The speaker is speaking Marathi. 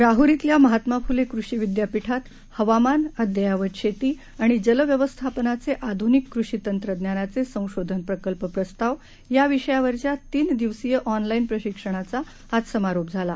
राहरीतल्यामहात्माफ्लेकृषिविद्यापीठातहवामानअद्ययावतशेतीआणिजलव्यवस्थाप नाचेआध्निककृषितंत्रज्ञानाचेसंशोधनप्रकल्पप्रस्तावयाविषयावरच्यातीनदिवसीयऑनलाईनप्र शिक्षणाचाआजसमारोपझाला